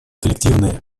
коллективные